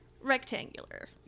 Rectangular